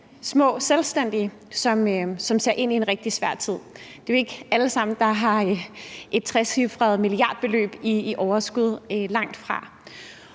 små selvstændige, som ser ind i en rigtig svær tid. Det er jo ikke alle, der har et trecifret milliardbeløb i overskud – langtfra.